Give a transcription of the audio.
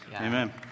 Amen